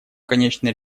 конечный